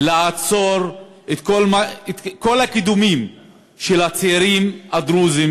לעצור את כל הקידומים של הצעירים הדרוזים